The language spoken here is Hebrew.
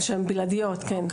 הן בלעדיות, כן.